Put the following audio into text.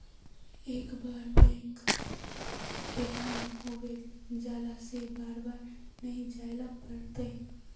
एक बार बैंक के काम होबे जाला से बार बार नहीं जाइले पड़ता?